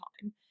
time